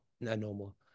normal